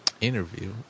interview